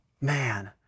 Man